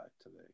today